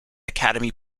academy